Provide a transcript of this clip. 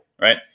right